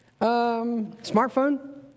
smartphone